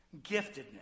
giftedness